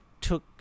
took